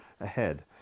ahead